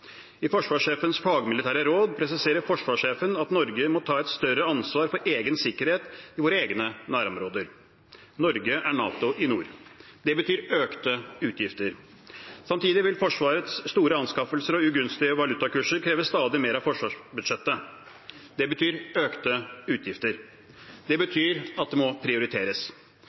I forsvarssjefens fagmilitære råd presiserer forsvarssjefen at Norge må ta et større ansvar for egen sikkerhet i våre egne nærområder. Norge er NATO i nord. Det betyr økte utgifter. Samtidig vil Forsvarets store anskaffelser og ugunstige valutakurser kreve stadig mer av forsvarsbudsjettet. Det betyr økte utgifter. Det betyr at det må prioriteres.